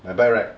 my bike rack